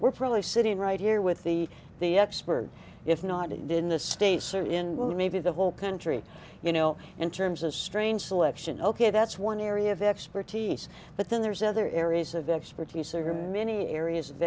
we're probably sitting right here with the the expert if not it in the states or in moon maybe the whole country you know in terms of strain selection ok that's one area of expertise but then there's other areas of expertise or many areas of